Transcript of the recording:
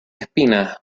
espinas